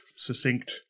Succinct